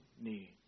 need